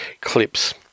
clips